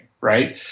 right